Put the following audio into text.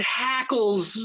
hackles